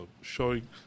showing